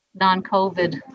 non-COVID